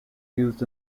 used